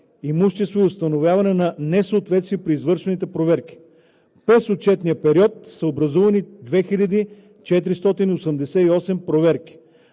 имущество и установяване на несъответствие при извършваните проверки. През отчетния период са образувани 2488 проверки.